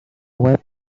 web